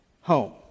home